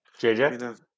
JJ